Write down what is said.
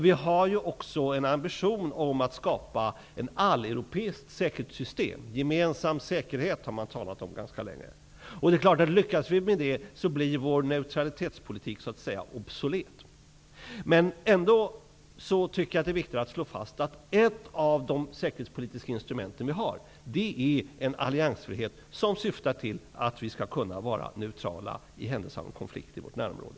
Vi har också en ambition att skapa ett alleuropeiskt säkerhetssystem. Man har ganska länge talat om gemensam säkerhet. Lyckas vi med det blir vår neutralitetspolitik så att säga obsolet. Men jag tycker ändå att det är viktigt att slå fast att ett av de säkerhetspolitiska instrument som vi har är en alliansfrihet som syftar till att vi skall kunna vara neutrala i händelse av en konflikt i vårt närområde.